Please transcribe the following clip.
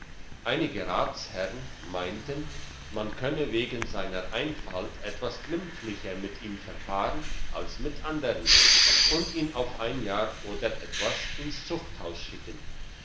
einige ratsherrn meinten man könnte wegen seiner einfalt etwas glimpflicher mit ihm verfahren als mit andern und ihn auf ein jahr oder etwas ins zuchthaus schicken